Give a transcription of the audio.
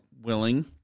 willing